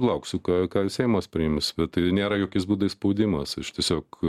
lauksiu ką seimas priims bet tai nėra jokiais būdais spaudimas aš tiesiog